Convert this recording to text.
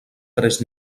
tres